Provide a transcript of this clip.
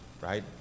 right